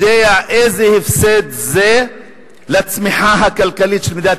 יודע איזה הפסד זה לצמיחה הכלכלית של מדינת